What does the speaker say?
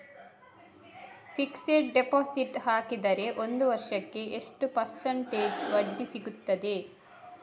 Fixed deposit ಹಾಕಿದರೆ ಒಂದು ವರ್ಷಕ್ಕೆ ಎಷ್ಟು ಪರ್ಸೆಂಟೇಜ್ ಬಡ್ಡಿ ಲಾಭ ಸಿಕ್ತದೆ?